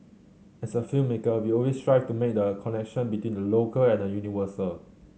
as a filmmaker we always strive to make the connection between the local and the universal